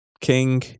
King